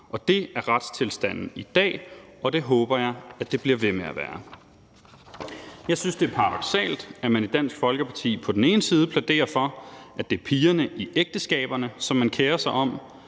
Det er retstilstanden i dag, og det håber jeg at det bliver ved med at være. Jeg synes, det er paradoksalt, at man i Dansk Folkeparti på den ene side plæderer for, at det er pigerne i ægteskaberne, som man kerer sig om